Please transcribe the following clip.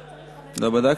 לא בדקתי.